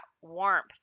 warmth